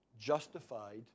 justified